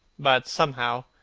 but somehow